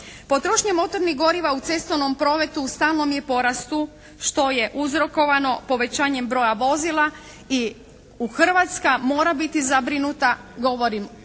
Potrošnja motornih goriva u cestovnom prometu u stalnom je porastu što je uzrokovano povećanjem broja vozila i Hrvatska mora biti zabrinuta, govorim